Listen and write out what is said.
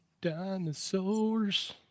dinosaurs